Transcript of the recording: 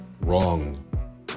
wrong